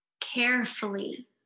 carefully